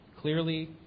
clearly